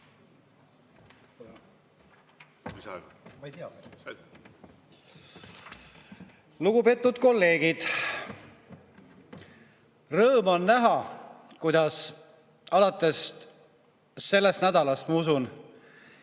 Lugupeetud kolleegid! Rõõm on näha, kuidas alates sellest nädalast, ma usun,